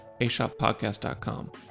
ashoppodcast.com